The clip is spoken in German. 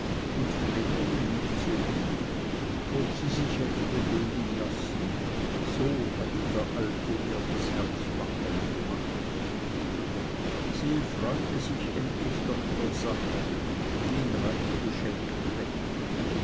und vreneli nicht so lieb ob sie sich hätte bewegen lassen so hatte der alte ihr das herz wackeln gemacht sie freute sich endlich doch der sache ging reich beschenkt weg